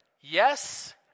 Yes